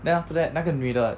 then after that 那个女的